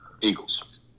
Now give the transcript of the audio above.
Eagles